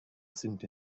sind